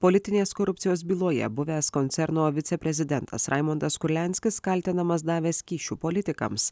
politinės korupcijos byloje buvęs koncerno viceprezidentas raimundas kurlianskis kaltinamas davęs kyšių politikams